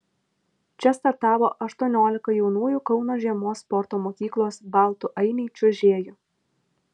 čia startavo aštuoniolika jaunųjų kauno žiemos sporto mokyklos baltų ainiai čiuožėjų